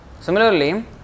Similarly